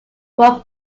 what